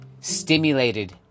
stimulated